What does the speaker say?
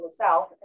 south